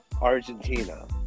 Argentina